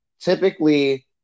Typically